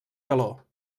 calor